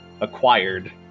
acquired